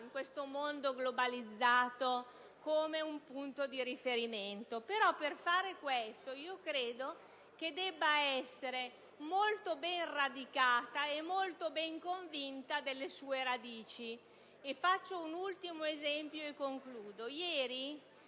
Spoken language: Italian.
in questo mondo globalizzato come un punto di riferimento. Però, per fare questo, io credo che debba essere molto ben radicata e molto ben convinta delle sue radici. Faccio un esempio. Ieri,